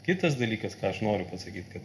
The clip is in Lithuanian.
kitas dalykas ką aš noriu pasakyt kad